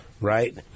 Right